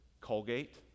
Colgate